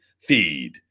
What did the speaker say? Feed